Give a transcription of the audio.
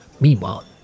Meanwhile